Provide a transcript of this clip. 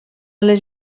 les